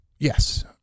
Yes